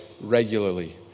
regularly